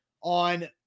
on